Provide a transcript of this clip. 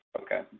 Okay